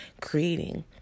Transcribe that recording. creating